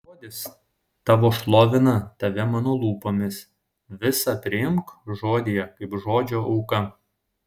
žodis tavo šlovina tave mano lūpomis visa priimk žodyje kaip žodžio auką